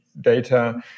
data